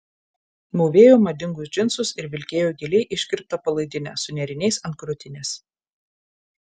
mūvėjo madingus džinsus ir vilkėjo giliai iškirptą palaidinę su nėriniais ant krūtinės